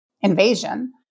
invasion